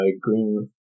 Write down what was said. Green